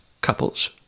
couples